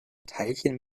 teilchen